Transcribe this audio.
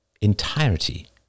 entirety